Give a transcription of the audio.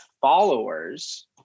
followers